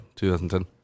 2010